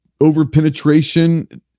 overpenetration